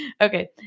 Okay